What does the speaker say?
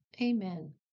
Amen